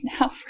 now